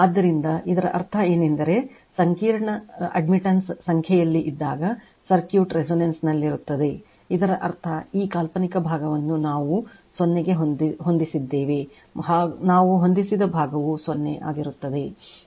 ಆದ್ದರಿಂದ ಇದರ ಅರ್ಥ ಏನೆಂದರೆ ಸಂಕೀರ್ಣ ಅಡ್ಮಿಟನ್ಸ್ ಸಂಖ್ಯೆಯಲ್ಲಿ ಇದ್ದಾಗ ಸರ್ಕ್ಯೂಟ್ resonance ನಲ್ಲಿರುತ್ತದೆ ಇದರ ಅರ್ಥ ಈ ಕಾಲ್ಪನಿಕ ಭಾಗವನ್ನು ನಾವು ಸೊನ್ನೆಗೆ ಹೊಂದಿದ್ದೇವೆ ನಾವು ಹೊಂದಿಸಿದ ಭಾಗವು ಸೊನ್ನೆ ಆಗಿರುತ್ತದೆ